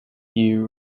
you